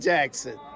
Jackson